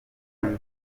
kandi